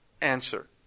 answer